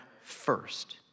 first